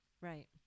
right